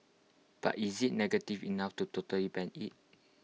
but is IT negative enough to totally ban IT